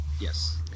Yes